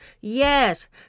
Yes